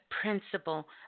principle